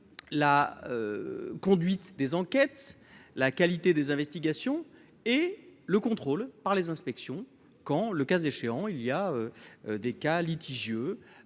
la conduite des enquêtes, la qualité des investigations et le contrôle par les inspections quand le cas échéant, il y a des cas litigieux